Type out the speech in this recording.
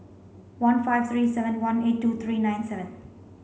one five three seven one eight two three nine seven